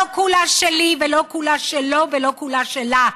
לא כולה שלי, לא כולה שלו ולא כולה שלה.